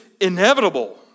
inevitable